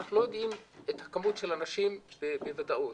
שאנחנו לא יודעים את הכמות של האנשים שזה בטעות,